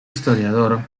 historiador